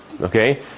Okay